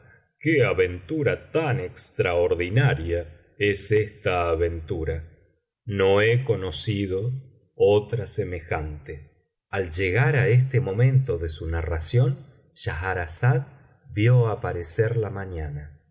qué aventura tan extraordinaria es esta aventura no he conocido otra semejante al llegar á este momento de su narración schahf azada yíó aparecer la mañana